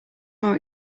more